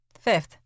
Fifth